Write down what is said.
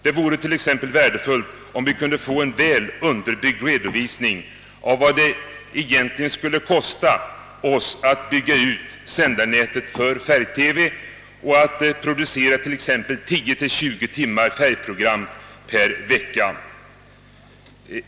Det vore t.ex. värdefullt om vi kunde få en väl underbyggd redovisning av vad det egentligen skulle kosta oss att bygga ut sändarnätet för färg-TV och att producera t.ex. 10—20 timmar färgprogram per vecka.